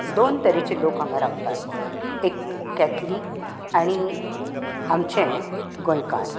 दोन तरेचे लोक हांगा रावतात एक कॅथलीक आनी आमचे गोंयकार